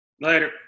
Later